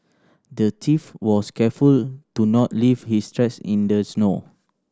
the thief was careful to not leave his tracks in the snow